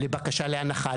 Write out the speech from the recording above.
אם זה לבקשה להנחה,